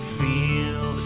feel